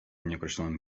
nieokreślonym